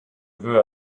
veux